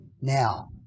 now